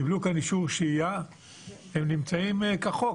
קיבלו אישור שהייה והם נמצאים כחוק.